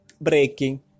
braking